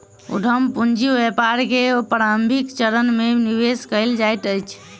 उद्यम पूंजी व्यापार के प्रारंभिक चरण में निवेश कयल जाइत अछि